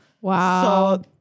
wow